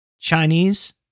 Chinese